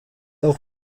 auch